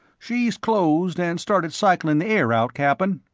she's closed and started cyclin' the air out, cap'n,